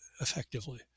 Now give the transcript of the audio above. effectively